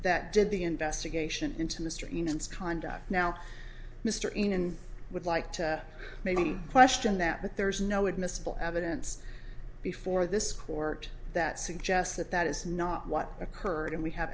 that did the investigation into mr mintz conduct now mr in would like to maybe question that but there is no admissible evidence before this court that suggests that that is not what occurred and we have